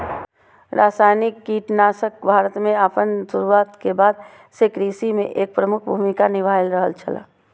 रासायनिक कीटनाशक भारत में आपन शुरुआत के बाद से कृषि में एक प्रमुख भूमिका निभाय रहल छला